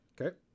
Okay